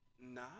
No